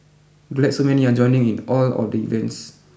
glad so many are joining in all of the events